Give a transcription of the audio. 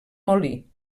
molí